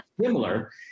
similar